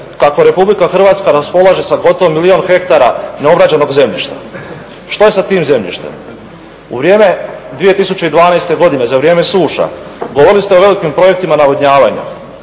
kako Republika Hrvatska raspolaže sa gotovo milijun hektara neobrađenog zemljišta. Što je sa tim zemljištem? U vrijeme 2012. godine, za vrijeme suša, govorili ste o velikim projektima navodnjavanja.